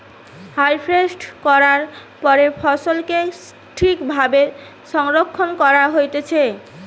harvest করার পরে ফসলকে ঠিক ভাবে সংরক্ষণ করা হতিছে